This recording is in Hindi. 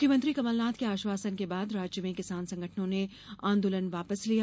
मुख्यमंत्री कमलनाथ के आश्वासन के बाद राज्य में किसान संगठनों ने आंदोलन वापस लिया